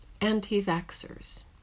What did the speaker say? anti-vaxxers